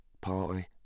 party